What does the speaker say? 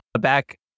back